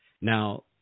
Now